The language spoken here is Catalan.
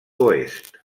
oest